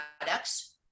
products